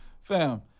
Fam